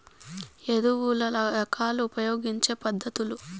ఎరువుల రకాలు ఉపయోగించే పద్ధతులు?